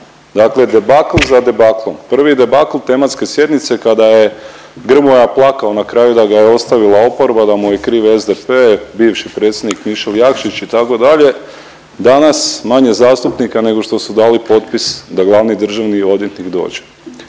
Dakle, debakl za debaklom. Prvi debakl tematske sjednice kada je Grmoja plakao na kraju da ga je ostavila oporba, da mu je kriv SDP bivši predsjednik Mišel Jakšić itd. Danas manje zastupnika nego što su dali potpis da glavni državni odvjetnik dođe.